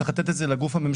צריך לתת את זה לגוף הממשלתי,